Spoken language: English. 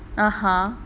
(uh huh)